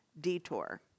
detour